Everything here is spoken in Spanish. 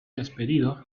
despedido